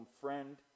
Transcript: Friend